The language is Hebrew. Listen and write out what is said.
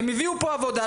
הם הביאו פה עבודה,